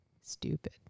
stupid